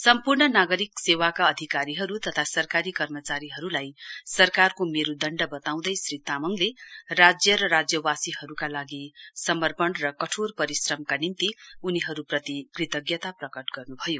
सम्पूर्ण नागरिक सेवाका अधिकारीहरु तथा सरकारी कर्मचारीहरुलाई सरकारको मेरुदण्ड वताउँदै श्रऎ तामङले राज्य र राज्यवासीहरुका लागि समपर्ण र कठोर परिश्रमका निम्ति उनीहरुप्रति कृतज्ञता प्रकट गर्नुभयो